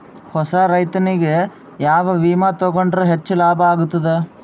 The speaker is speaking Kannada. ಹೊಸಾ ರೈತನಿಗೆ ಯಾವ ವಿಮಾ ತೊಗೊಂಡರ ಹೆಚ್ಚು ಲಾಭ ಆಗತದ?